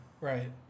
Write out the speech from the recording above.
Right